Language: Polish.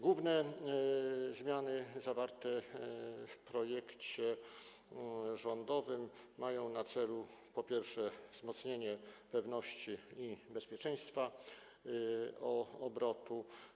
Główne zmiany zawarte w projekcie rządowym mają na celu, po pierwsze, wzmocnienie pewności i bezpieczeństwa obrotu.